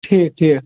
ٹھیٖک ٹھیٖک